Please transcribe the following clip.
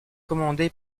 commandé